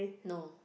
no